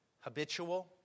Habitual